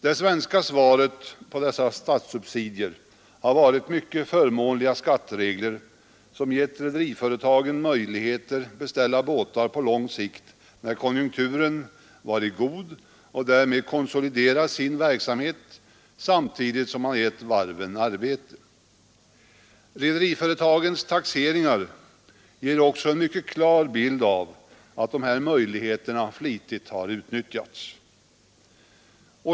Det svenska svaret på dessa statssubsidier har varit mycket förmånliga skatteregler, som givit rederiföretagen möjligheter att beställa båtar på lång sikt, när konjunkturen varit god, och därmed konsolidera sin verksamhet, samtidigt som man givit varven arbete. Rederiföretagens taxeringar ger också en mycket klar bild av att de här möjligheterna flitigt har utnyttjats.